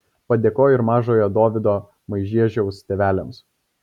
padėkojo ir mažojo dovydo maižiešiaus tėveliams